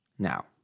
Now